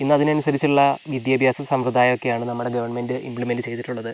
ഇന്ന് അതിനനുസരിച്ചുള്ള വിദ്യാഭ്യാസ സമ്പ്രദായൊക്കെയാണ് നമ്മുടെ ഗവൺമെൻറ്റ് ഇമ്പ്ലിമെൻറ്റ് ചെയ്തിട്ടുള്ളത്